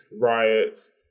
riots